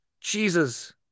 Jesus